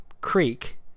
creek